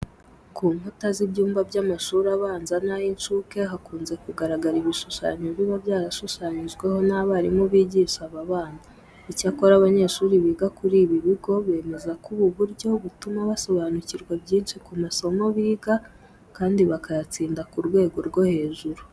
Ku nkuta z'ibyumba by'amashuri abanza n'ay'incuke, hakunze kugaragara ibishushanyo biba byarashyizweho n'abarimu bigisha aba bana. Icyakora abanyeshuri biga kuri ibi bigo bemeza ko ubu buryo butuma basobanukirwa byinshi ku masomo biga kandi bakayatsinda ku rwego rwo hejuru.